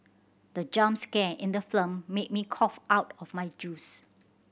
the jump scare in the made me cough out my juice